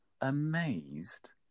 amazed